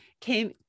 came